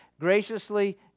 Graciously